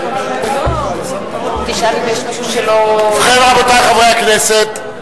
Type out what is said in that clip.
ובכן, רבותי חברי הכנסת,